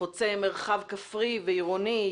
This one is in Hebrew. חוצה מרחב כפרי ועירוני,